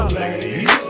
ladies